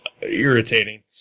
irritating